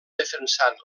defensant